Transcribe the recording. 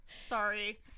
Sorry